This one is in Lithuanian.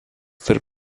tarp